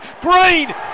green